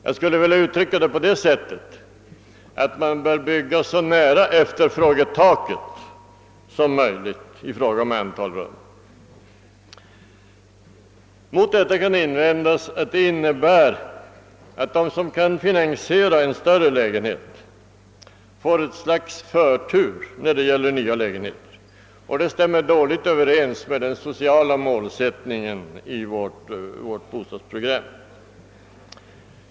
Jag skulle vilja uttrycka det på det sättet att man bör bygga så nära efterfrågetaket som möjligt i fråga om antalet rum. Mot detta kan invändas att dei skulle innebära att de som kan finansiera en större lägenhet får ett slags förtur när det gäller nya lägenheter, vilket stämmer dåligt med den sociala målsättningen i vårt bostadsprogram.